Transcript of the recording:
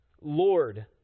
Lord